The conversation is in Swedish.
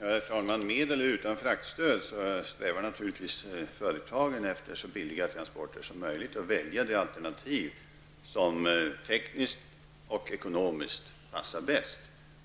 Herr talman! Med eller utan frakstöd strävar företagen naturligtvis efter så billiga transporter som möjligt och väljer de alternativ som tekniskt och ekonomiskt passar bäst.